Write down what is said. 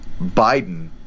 Biden